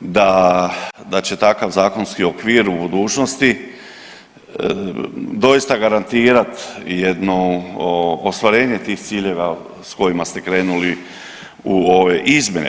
da će takav zakonski okvir u budućnosti doista garantirati jedno ostvarenje tih ciljeva sa kojima ste krenuli u ove izmjene.